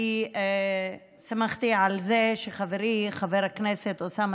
כי סמכתי על זה שחברי חבר הכנסת אוסאמה